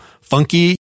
funky